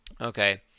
Okay